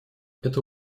это